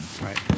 Right